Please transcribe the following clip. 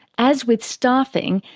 as with staffing,